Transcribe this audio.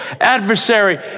adversary